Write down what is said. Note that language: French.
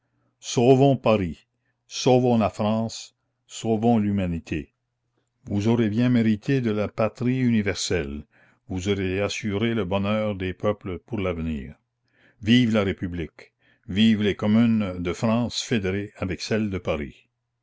sauvons paris sauvons la france sauvons l'humanité vous aurez bien mérité de la patrie universelle vous aurez assuré le bonheur des peuples pour l'avenir vive la république vivent les communes de france fédérées avec celle de paris